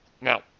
Now